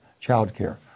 childcare